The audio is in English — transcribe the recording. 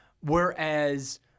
whereas